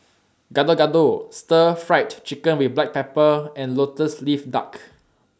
Gado Gado Stir Fried Chicken with Black Pepper and Lotus Leaf Duck